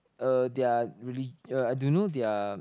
uh their reli~ do know their